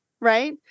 right